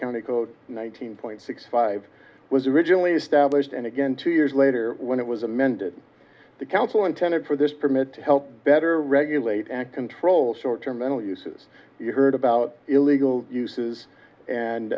county code one thousand point six five was originally established and again two years later when it was amended the council intended for this permit to help better regulate and control short term mental uses heard about illegal uses and